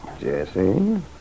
Jesse